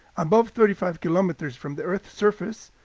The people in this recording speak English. above thirty five kilometers from the earth's surface,